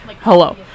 Hello